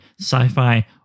sci-fi